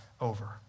over